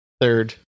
third